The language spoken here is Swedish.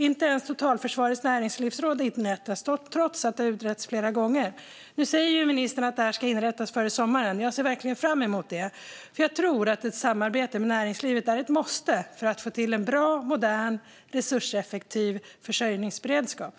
Inte ens totalförsvarets näringslivsråd inrättas trots att det utretts flera gånger. Nu säger ministern att det ska inrättas före sommaren. Jag ser verkligen fram emot det, för jag tror att ett samarbete med näringslivet är ett måste för att få till en bra, modern och resurseffektiv försörjningsberedskap.